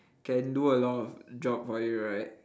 can do a lot of job for you right